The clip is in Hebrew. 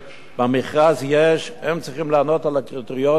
במכרז יש, הם צריכים לענות על הקריטריונים הברורים